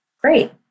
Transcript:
Great